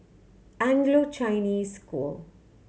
Anglo Chinese School